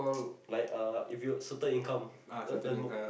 like uh if you certain income earn earn more